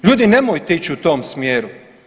Ljudi nemojte ići u tom smjeru.